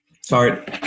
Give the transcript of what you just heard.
Sorry